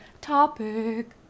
topic